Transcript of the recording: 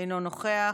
אינו נוכח,